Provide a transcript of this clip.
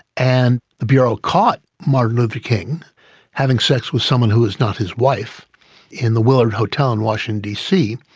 and the bureau caught martin luther king having sex with someone who was not his wife in the willard hotel in washington dc,